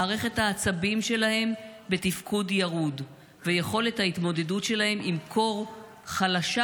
מערכת העצבים שלהם בתפקוד ירוד ויכולת ההתמודדות שלהם עם קור חלשה,